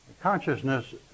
Consciousness